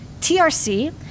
TRC